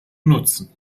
nutzen